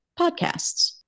podcasts